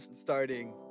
Starting